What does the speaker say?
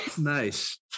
nice